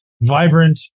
vibrant